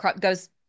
goes